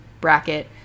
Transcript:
Bracket